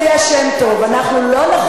אני לא אתן לך